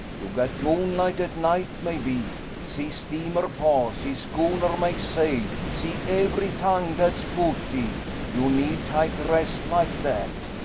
you gat moonlight at night, maybe see steamer pass see schooner make sail see everytang dat's pooty. you need take rest like dat.